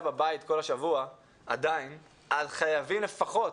בבית כל השבוע עדיין אז חייבים לפחות